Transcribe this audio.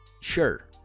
Sure